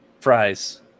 fries